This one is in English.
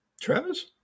Travis